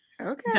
okay